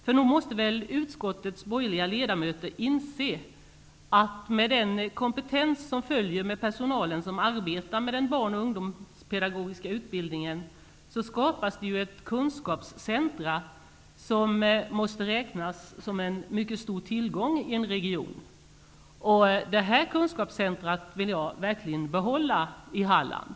För nog måste väl utskottets borgerliga ledamöter inse att med den kompetens som följer med personalen som arbetar med den barn och ungdomspedagogiska utbildningen så skapas ett kunskapscentra som måste räknas som en mycket stor tillgång i en region. Detta kunskapscentra vill jag verkligen behålla i Halland!